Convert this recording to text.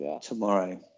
tomorrow